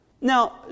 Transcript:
Now